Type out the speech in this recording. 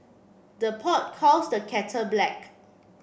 the pot calls the kettle black